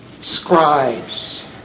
scribes